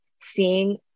seeing